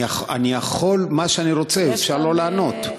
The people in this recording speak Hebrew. אני יכול מה שאני רוצה, אפשר לא לענות.